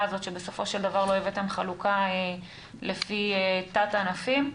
הזאת שבסופו של דבר לא הבאתם חלוקה לפי תת ענפים,